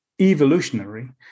evolutionary